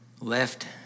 left